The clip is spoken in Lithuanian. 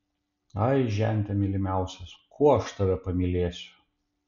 ai žente mylimiausias kuo aš tave pamylėsiu